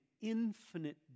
infinite